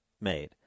made